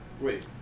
Wait